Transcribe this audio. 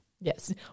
Yes